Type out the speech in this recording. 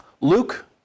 Luke